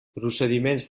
procediments